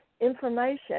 information